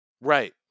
right